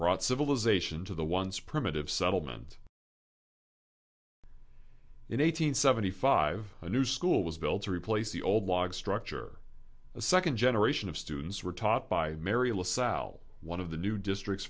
brought civilization to the once primitive settlement in eight hundred seventy five a new school was built to replace the old log structure a second generation of students were taught by mary lasalle one of the new district